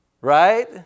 Right